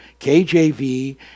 KJV